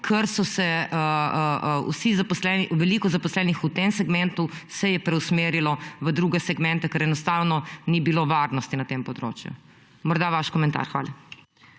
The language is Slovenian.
Ker se je veliko zaposlenih v tem segmentu preusmerilo v druge segmente, ker enostavno ni bilo varnosti na tem področju. Morda vaš komentar. Hvala.